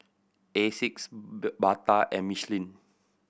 Asics Bata and Michelin